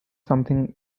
something